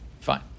Fine